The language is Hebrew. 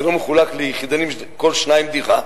זה לא מחולק לכל שניים דירה,